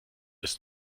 ist